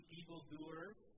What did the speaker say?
evildoers